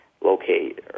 locate